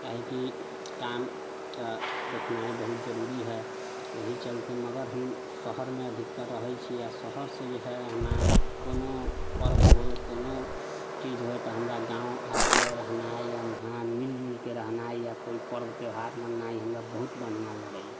काहेकि गाम तऽ देखनाइ बहुत जरूरी हइ एहि चलते मगर हम शहरमे अधिकतर रहैत छी आ शहर से जे हइ हमे कोनो पर्व होल कोनो चीज होयत तऽ हमरा गाँव आके रहनाइ वहाँ मिलजुलके रहनाइ या कोइ पर्व त्यौहार मनेनाइ हमरा बहुत बढ़िआँ लगैया